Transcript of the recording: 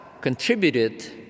contributed